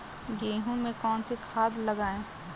गेहूँ में कौनसी खाद लगाएँ?